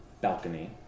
balcony